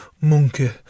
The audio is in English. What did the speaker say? monkey